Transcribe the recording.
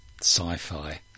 sci-fi